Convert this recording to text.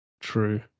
True